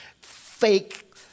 fake